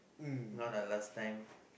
not like last time